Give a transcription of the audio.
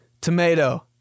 tomato